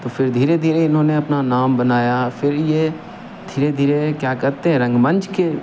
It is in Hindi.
तो फिर धीरे धीरे इन्होंने अपना नाम बनाया फिर ये धीरे धीरे क्या करते रंगमंच के